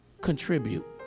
contribute